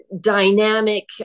dynamic